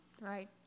Right